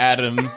Adam